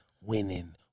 winning